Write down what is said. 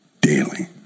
daily